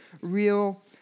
real